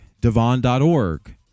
Devon.org